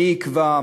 מי יקבע,